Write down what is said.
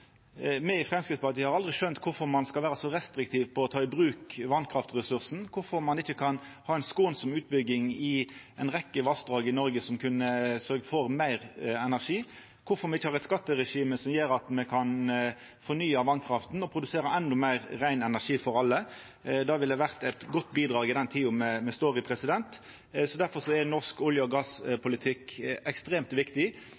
Me i Framstegspartiet har aldri skjønt kvifor ein skal vera så restriktive på å ta i bruk vasskraftressursen, kvifor ein ikkje kan ha ei skånsam utbygging i ei rekkje vassdrag i Noreg som kunne ha sørgt for meir energi, kvifor me ikkje har eit skatteregime som gjer at me kan fornya vasskrafta og produsera endå meir rein energi for alle. Det ville ha vore eit godt bidrag i den tida me står i. Derfor er norsk olje- og gasspolitikk ekstremt viktig.